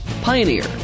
pioneer